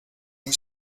muy